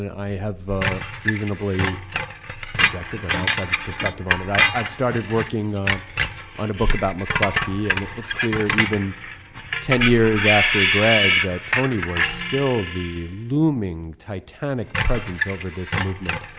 i have a reasonably objective and outsider's perspective on it. i started working on a book about mccleskey. and it's clear even ten years after gregg that tony was still the looming titanic presence over this movement.